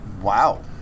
wow